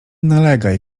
nalegaj